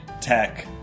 tech